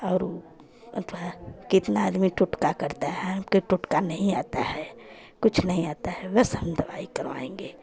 और ऊ अथवा कितना आदमी टोटका करता है कि टोटका नहीं आता है कुछ नहीं आता है बस हम दवाई करवाएंगे